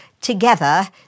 together